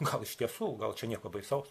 gal iš tiesų gal čia nieko baisaus